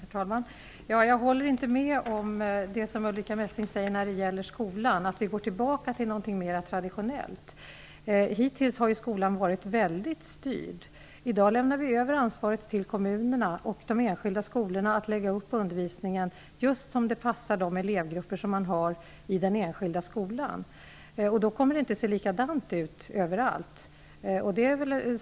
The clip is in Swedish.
Herr talman! Jag håller inte med om det som Ulrica Messing säger när det gäller skolan, att vi nu går tillbaka till någonting mer traditionellt. Hittills har ju skolan varit väldigt styrd. I dag lämnar vi över ansvaret för att lägga upp undervisningen till kommunerna och de enskilda skolorna, och undervisningen kan därför läggas upp just som det passar de elevgrupper som finns i den enskilda skolan. Det kommer därför inte att se likadant ut överallt.